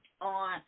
on